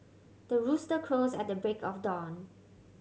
the rooster crows at the break of dawn